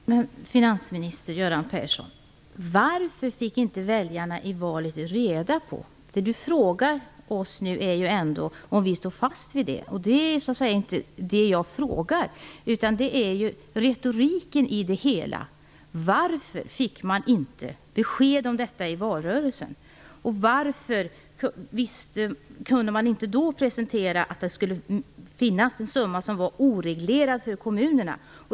Herr talman! Men, finansminister Göran Persson, varför fick inte väljarna i valet besked? Göran Persson frågar oss nu om vi står fast vid våra besparingar. Men det är inte det som det handlar om. Jag undrar över retoriken i det hela. Varför gav man inte något besked under valrörelsen? Varför kunde man inte då upplysa om att det skulle finnas en oreglerad summa för kommunerna?